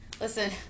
listen